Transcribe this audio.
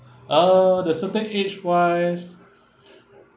uh the certain age wise